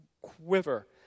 quiver